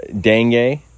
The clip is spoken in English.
dengue